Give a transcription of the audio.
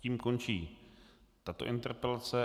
Tím končí tato interpelace.